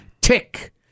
tick